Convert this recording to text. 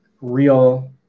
real